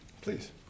please